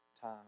time